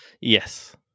yes